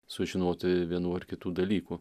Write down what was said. sužinoti vienų ar kitų dalykų